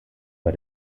bei